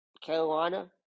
Carolina